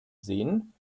sehen